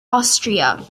austria